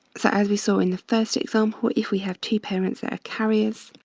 so as we saw in the first example, if we have two parents that are carriers,